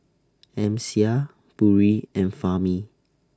Amsyar Putri and Fahmi